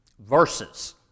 verses